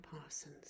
Parsons